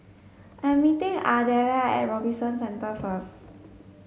I'm meeting Ardelia at Robinson Centre first